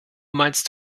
meinst